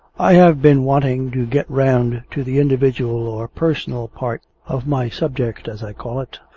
i have been wanting to get round to the individual or personal part of my subject, as i call it,